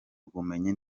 ubumenyi